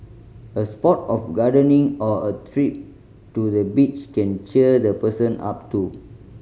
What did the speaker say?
a spot of gardening or a trip to the beach can cheer the person up too